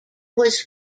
was